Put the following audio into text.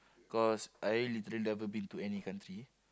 cause I literally never been to any country